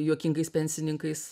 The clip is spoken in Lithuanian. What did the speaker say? juokingais pensininkais